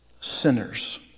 sinners